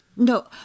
No